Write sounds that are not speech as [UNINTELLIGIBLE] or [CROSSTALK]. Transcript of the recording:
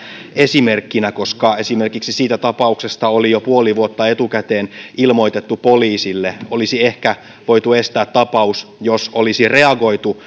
esimerkkinä koska esimerkiksi siitä tapauksesta oli jo puoli vuotta etukäteen ilmoitettu poliisille ja olisi ehkä voitu estää tapaus jos olisi reagoitu [UNINTELLIGIBLE]